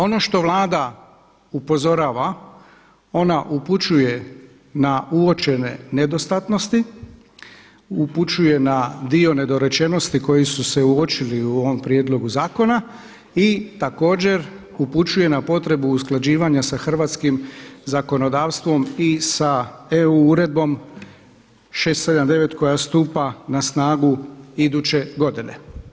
Ono što Vlada upozorava, ona upućuje na uočene nedostatnosti, upućuje na dio nedorečenosti koji su se uočili u ovom prijedlogu zakona i također upućuje na potrebu usklađivanja sa hrvatskim zakonodavstvom i sa EU uredbom 679. koja stupa na snagu iduće godine.